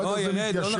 אחר כך זה מתיישר.